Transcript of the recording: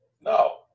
No